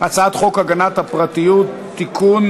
הצעת חוק הגנת הפרטיות (תיקון,